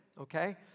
okay